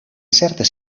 certes